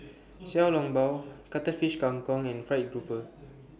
Xiao Long Bao Cuttlefish Kang Kong and Fried Grouper